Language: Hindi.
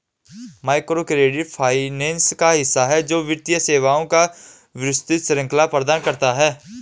माइक्रोक्रेडिट फाइनेंस का हिस्सा है, जो वित्तीय सेवाओं की विस्तृत श्रृंखला प्रदान करता है